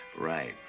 right